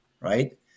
Right